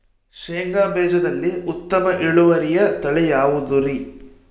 ಶೇಂಗಾ ಬೇಜದಲ್ಲಿ ಉತ್ತಮ ಇಳುವರಿಯ ತಳಿ ಯಾವುದುರಿ?